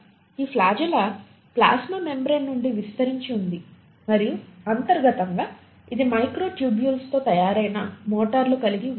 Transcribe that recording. ఈ flagella plasma membrane నుండి విస్తరించి ఉంది మరియు అంతర్గతంగా ఇది మైక్రోటూబ్యూల్స్తో తయారైన మోటార్లు కలిగి ఉంటుంది